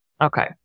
Okay